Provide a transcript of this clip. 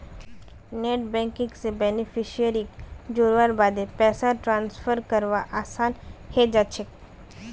net banking स बेनिफिशियरीक जोड़वार बादे पैसा ट्रांसफर करवा असान है जाछेक